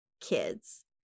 kids